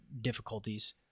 difficulties